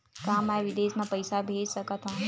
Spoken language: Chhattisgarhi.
का मैं विदेश म पईसा भेज सकत हव?